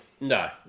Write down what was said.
No